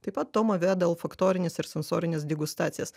taip pat toma veda olfaktorines ir sensorines degustacijas